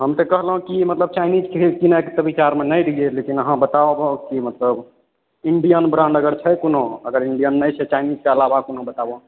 हम तऽ कहलहुॅं की मतलब चाइनीज खरीद किनै के बिचारमे नहि रहियै लेकिन अहाँ बताउ मतलब इन्डियन ब्राण्ड अगर छै कोनो अगर इन्डियन नहि छै चाइनीजके अलाबा कोनो बताबू